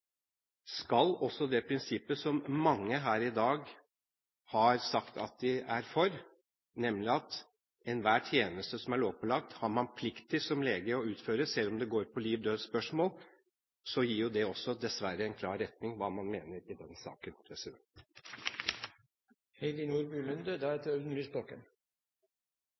Skal det prinsippet som mange her i dag har sagt at de er for, gjelde, nemlig at enhver tjeneste som er lovpålagt, har man plikt til som lege å utføre selv om det går på liv–død-spørsmål, gir det dessverre en klar retning for hva man mener i den saken.